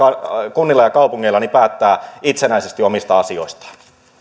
kunnissa ja kaupungeissa päättää itsenäisesti omista asioistaan